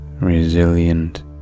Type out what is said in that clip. resilient